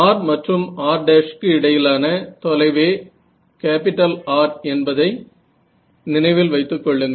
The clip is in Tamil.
r மற்றும் r' க்கு இடையிலான தொலைவே R என்பதை நினைவில் வைத்துக்கொள்ளுங்கள்